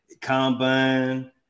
Combine